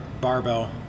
barbell